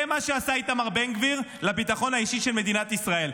זה מה שעשה איתמר בן גביר לביטחון האישי של מדינת ישראל.